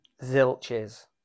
Zilches